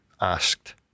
asked